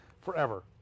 forever